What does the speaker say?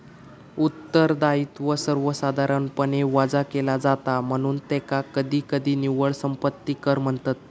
उत्तरदायित्व सर्वसाधारणपणे वजा केला जाता, म्हणून त्याका कधीकधी निव्वळ संपत्ती कर म्हणतत